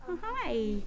Hi